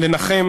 לנחם